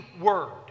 word